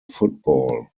football